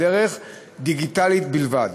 בדרך דיגיטלית בלבד.